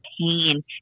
pain